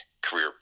career